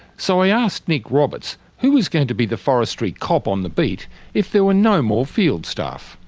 so i asked nick roberts who was going to be the forestry cop on the beat if there were no more field staff.